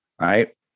right